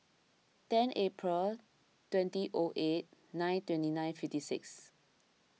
ten April twenty O eight nine twenty nine fifty six